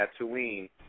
Tatooine